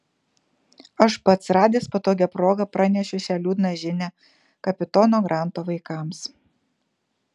aš pats radęs patogią progą pranešiu šią liūdną žinią kapitono granto vaikams